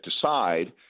decide